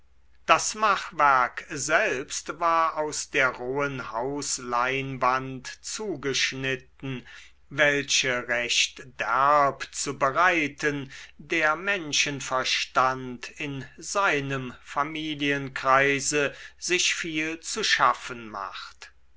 das machwerk selbst war aus der rohen hausleinwand zugeschnitten welche recht derb zu bereiten der menschenverstand in seinem familienkreise sich viel zu schaffen macht